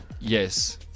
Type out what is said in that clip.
Yes